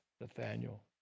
Nathaniel